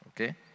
Okay